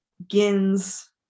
begins